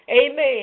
Amen